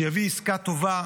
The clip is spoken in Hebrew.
שיביא עסקה טובה,